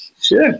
Sure